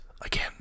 again